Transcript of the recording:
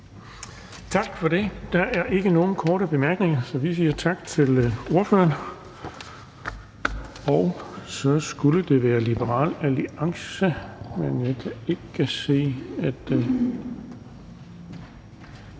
Tak for det. Der er ikke nogen korte bemærkninger, så vi siger tak til ordføreren. Så skulle det være Liberal Alliance, men jeg kan ikke se, at